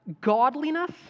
Godliness